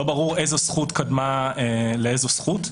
לא ברור איזו זכות קדמה לאיזו זכות,